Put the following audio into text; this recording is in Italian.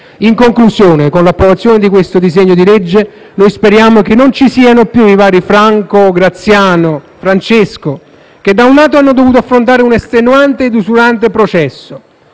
In conclusione, con l'approvazione di questo disegno di legge, noi speriamo chiamo che non ci siano più i vari Franco, Graziano, Francesco, che, da un lato, hanno dovuto affrontare un estenuante ed usurante processo